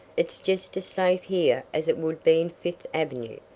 it's just as safe here as it would be in fifth avenue.